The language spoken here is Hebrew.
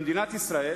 במדינת ישראל